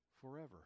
forever